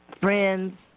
Friends